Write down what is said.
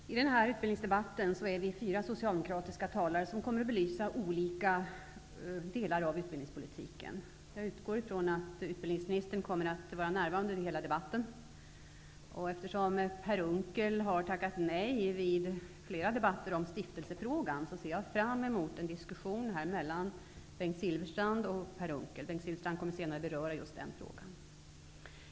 Herr talman! I den här utbildningsdebatten är vi fyra socialdemokratiska talare som kommer att belysa olika delar av utbildningspolitiken. Jag utgår från att utbildningsministern kommer att vara närvarande under hela debatten. Eftersom Per Unckel har tackat nej till flera debatter om stiftelsefrågan ser jag fram mot en diskussion här i kammaren mellan Bengt Silfverstrand och Per Unckel -- Bengt Silfverstrand kommer senare att beröra just den frågan.